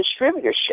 distributorship